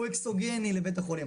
הוא אקסוגני לבית החולים,